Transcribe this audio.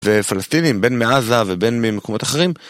ו...פלסטינים, בין מעזה, ובין ממקומות אחרים,